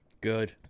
good